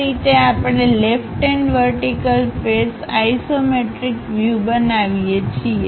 આ રીતે આપણે left hand vertical face isometric view બનાવીએ છીએ